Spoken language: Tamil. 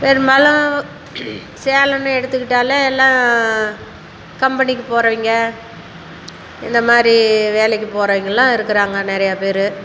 பெரும்பாலும் சேலம்ன்னு எடுத்துக்கிட்டாலே எல்லாம் கம்பெனிக்கு போறவங்க இந்த மாதிரி வேலைக்கு போறவங்கள்லாம் இருக்கிறாங்க நிறையா பேர்